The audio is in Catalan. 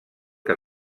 que